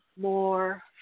more